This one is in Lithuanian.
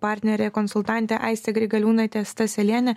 partnerė konsultantė aistė grigaliūnaitė staselienė